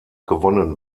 gewonnen